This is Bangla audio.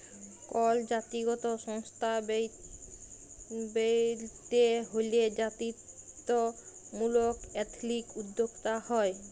কল জাতিগত সংস্থা ব্যইলতে হ্যলে জাতিত্ত্বমূলক এথলিক উদ্যোক্তা হ্যয়